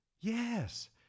yes